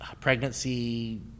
pregnancy